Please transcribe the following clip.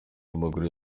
amaguru